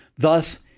Thus